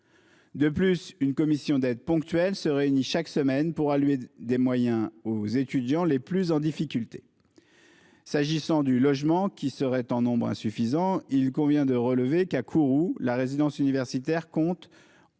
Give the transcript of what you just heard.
En outre, une commission d'aide ponctuelle se réunit chaque semaine pour allouer des moyens aux étudiants les plus en difficulté. S'agissant des logements qui seraient en nombre insuffisant, il convient de relever que la résidence universitaire de